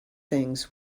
things